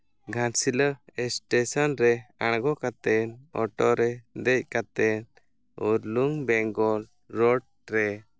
Ghatshila station ᱨᱮ ᱟᱲᱜᱚ ᱠᱟᱛᱮᱫ ᱚᱴᱳ ᱨᱮ ᱫᱮᱡ ᱠᱟᱛᱮᱫ ᱦᱩᱲᱞᱩᱝ ᱵᱮᱝᱜᱚᱞ ᱨᱳᱰ ᱨᱮ